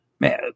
Man